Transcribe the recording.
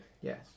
Yes